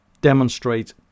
demonstrate